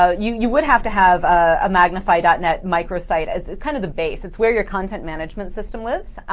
um you you would have to have a magnify dot net micro site as kind of the base. it's where your content management system lives.